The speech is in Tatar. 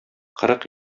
кырык